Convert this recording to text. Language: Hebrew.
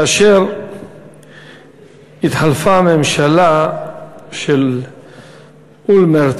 שכאשר התחלפה הממשלה של אולמרט